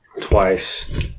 twice